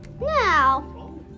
Now